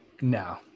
No